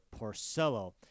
Porcello